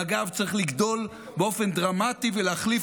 מג"ב צריך לגדול באופן דרמטי ולהחליף